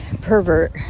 pervert